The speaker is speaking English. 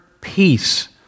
peace